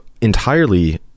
entirely